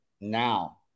now